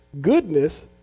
goodness